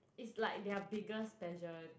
it's like their biggest pageant